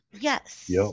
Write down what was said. Yes